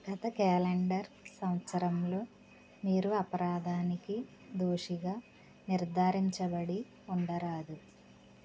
గత క్యాలెండర్ సంవత్సరంలో మీరు అపరాధం దోషిగా నిర్ధారించబడి ఉండరాదు